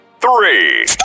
Three